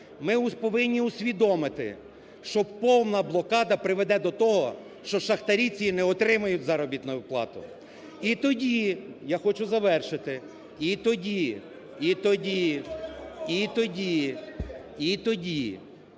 Ми повинні усвідомити, що повна блокада приведе до того, що шахтарі ці не отримають заробітну плату. І тоді – я хочу завершити – і тоді, і тоді, і тоді, якщо